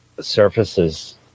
Surfaces